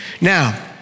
Now